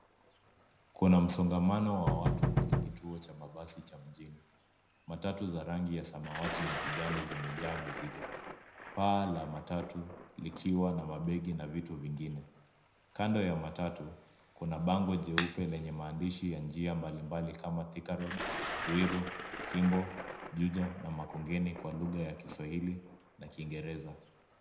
Kuna msongamano wa watu kwenye kituo cha mabasi cha mjini. Matatu zenye rangi ya samawati na kijani zimejaa mizigo. Paa la matatu likiwa na mabegi na vitu vingine. Kando ya matatu, kuna bango jeupe lenye maandishi ya njia mbalimbali kama vile Thika Road, Ruiru, Kimbo, Juja na Makongeni Kwa lugha ya Kiswahili na kiingereza.